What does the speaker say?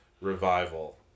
revival